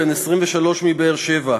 בן 23, מבאר-שבע,